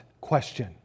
question